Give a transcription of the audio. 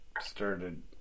started